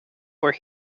where